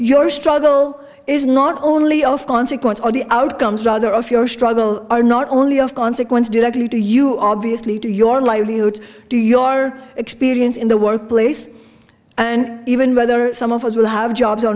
your struggle is not only of consequence of the outcomes rather of your struggle are not only of consequence directly to you obviously to your livelihood to your experience in the workplace and even whether some of us will have jobs or